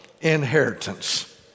inheritance